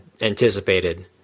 anticipated